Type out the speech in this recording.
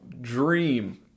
dream